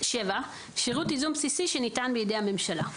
שירות ייזום בסיסי שניתן בידי הממשלה.